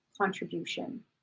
contribution